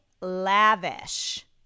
lavish